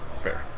Fair